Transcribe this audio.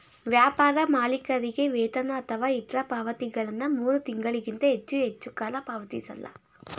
ವ್ಯಾಪಾರ ಮಾಲೀಕರಿಗೆ ವೇತನ ಅಥವಾ ಇತ್ರ ಪಾವತಿಗಳನ್ನ ಮೂರು ತಿಂಗಳಿಗಿಂತ ಹೆಚ್ಚು ಹೆಚ್ಚುಕಾಲ ಪಾವತಿಸಲ್ಲ